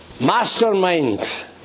Mastermind